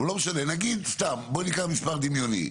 לא משנה נגיד סתם ניקח מספר דמיוני,